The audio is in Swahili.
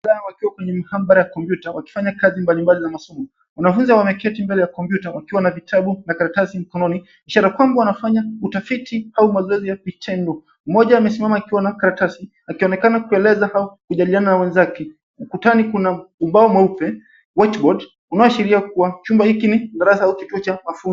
Vijana wakiwa kwenye mihambara ya kompyuta wakifanya kazi mbalimbali za masomo. Wanafunzi wameketi mbele ya kompyuta wakiwa na vitabu na karatasi mkononi, ishara kwamba wanafanya utafiti au mazoezi ya kitengo. Mmoja amesimama akiwa na karatasi, akionekana kueleza au kujadiliana na wenzake. Ukutani kuna ubao mweupe, whiteboard , unaoashiria kuwa chumba hiki ni darasa au kituo cha mafunzo.